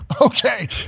Okay